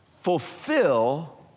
fulfill